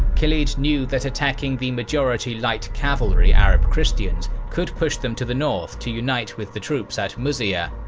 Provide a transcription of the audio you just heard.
khalid knew that attacking the majority light cavalry arab christians could push them to the north to unite with the troops at muzayyah,